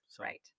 Right